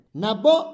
nabo